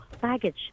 baggage